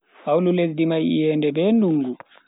Hawlu lesdi mai iyende be dungu.